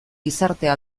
gizartea